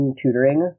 tutoring